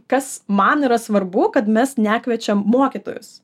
kas man yra svarbu kad mes nekviečiam mokytojus